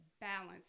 balance